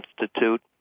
Institute